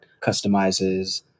customizes